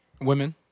Women